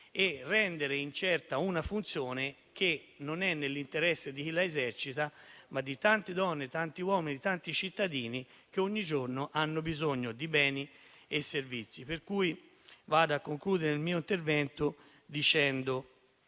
e rende incerta una funzione che non è nell'interesse di chi la esercita, ma di tante donne, tanti uomini e tanti cittadini che ogni giorno hanno bisogno di beni e servizi. Concludo dicendo che ci sono interventi non